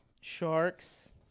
sharks